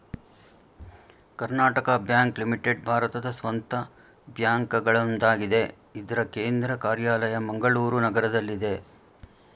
Karnataka bank limited ಭಾರತದ ಸ್ವಂತ ಬ್ಯಾಂಕ್ಗಳಲ್ಲೊಂದಾಗಿದೆ ಇದ್ರ ಕೇಂದ್ರ ಕಾರ್ಯಾಲಯ ಮಂಗಳೂರು ನಗರದಲ್ಲಿದೆ